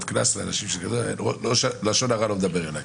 קנס לאנשים שיכתבו "לשון הרע לא מדבר אליי",